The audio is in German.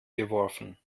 geworfen